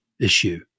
issue